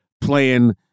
playing